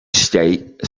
state